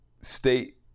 state